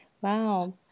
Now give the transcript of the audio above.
Wow